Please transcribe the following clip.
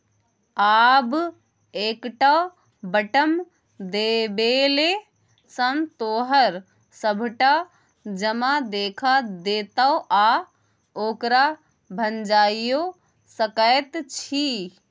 आब एकटा बटम देबेले सँ तोहर सभटा जमा देखा देतौ आ ओकरा भंजाइयो सकैत छी